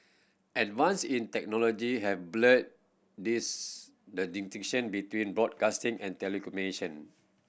advance in technology have blurred this the distinction between broadcasting and telecommunication